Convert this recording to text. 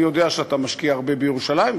אני יודע שאתה משקיע הרבה בירושלים,